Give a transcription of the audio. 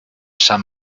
san